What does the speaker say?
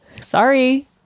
Sorry